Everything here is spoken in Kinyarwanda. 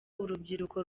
urubyiruko